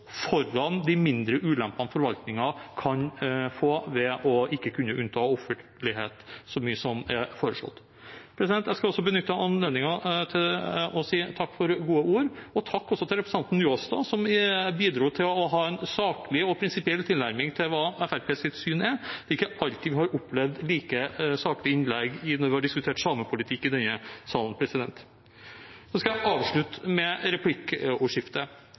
foran de mindre ulempene som forvaltningen kan få ved å ikke kunne unnta offentlighet så mye som er foreslått. Jeg vil også benytte anledningen til å si takk for gode ord. Og takk også til representanten Njåstad, som bidro til å ha en saklig og prinsipiell tilnærming til hva Fremskrittspartiets syn er. Det er ikke alltid vi har opplevd like saklige innlegg når vi har diskutert samepolitikk i denne salen. Jeg vil avslutte med replikkordskiftet.